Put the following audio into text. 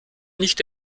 nicht